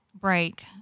break